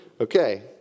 Okay